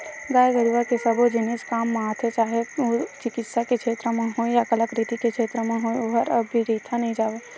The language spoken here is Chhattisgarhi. गाय गरुवा के सबो जिनिस काम म आथे चाहे ओ चिकित्सा के छेत्र म होय या कलाकृति के क्षेत्र म होय ओहर अबिरथा नइ जावय